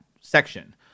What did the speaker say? section